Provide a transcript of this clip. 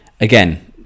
again